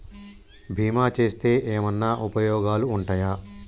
బీమా చేస్తే ఏమన్నా ఉపయోగాలు ఉంటయా?